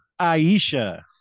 aisha